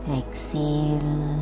exhale